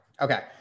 Okay